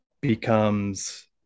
becomes